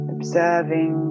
Observing